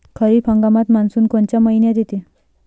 खरीप हंगामात मान्सून कोनच्या मइन्यात येते?